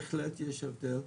בהחלט יש הבדל,